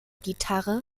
gitarre